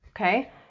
okay